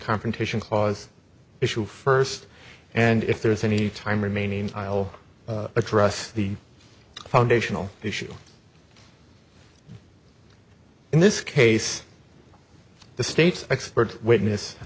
confrontation clause issue first and if there is any time remaining i'll address the foundational issue in this case the state's expert witness